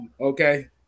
okay